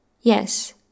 Yes